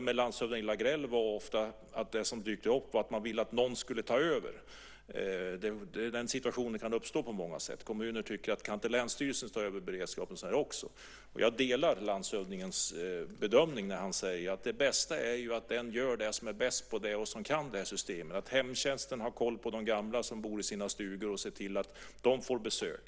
Med landshövding Lagrell pratade jag om att när något dyker upp vill man ofta att någon ska ta över. Den situationen uppstår ofta. Kommunerna tycker att länsstyrelserna ska ta över beredskapen. Jag delar landshövdingens bedömning när han säger att det bästa är att var och en gör det han är bäst på. Hemtjänsten har koll på de gamla som bor i stugorna och ser till att de får besök.